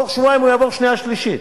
תוך שבועיים הוא יעבור שנייה ושלישית.